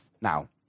Now